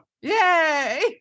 Yay